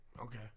Okay